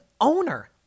owner